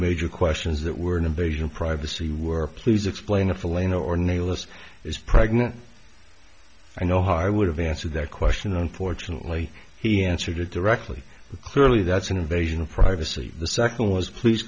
major questions that were an invasion of privacy were please explain a feeling or nameless is pregnant i know hard would have answered that question unfortunately he answered it directly clearly that's an invasion of privacy the second was please